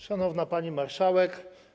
Szanowna Pani Marszałek!